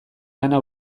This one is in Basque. lana